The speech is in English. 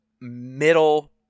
middle